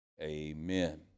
Amen